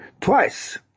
twice